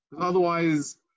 otherwise